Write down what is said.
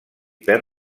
perd